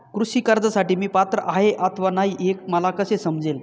कृषी कर्जासाठी मी पात्र आहे अथवा नाही, हे मला कसे समजेल?